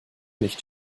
nicht